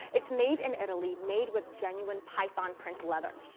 it's made in italy, made with genuine python print leather.